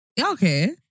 Okay